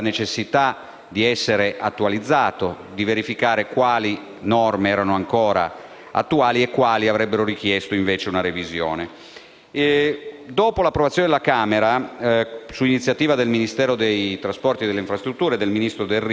di essere attualizzato: occorreva verificare quali norme erano ancora attuali e quali avrebbero richiesto, invece, una revisione. Dopo l'approvazione alla Camera, su iniziativa del Ministero delle infrastrutture e dei trasporti e del ministro Delrio,